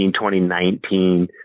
2019